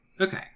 Okay